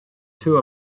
two